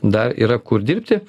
dar yra kur dirbti